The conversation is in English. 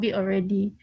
already